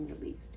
released